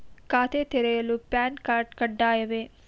ಖಾತೆ ತೆರೆಯಲು PAN card ಕಡ್ಡಾಯವೇ?